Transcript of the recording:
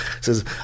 says